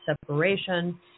separation